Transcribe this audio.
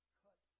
cut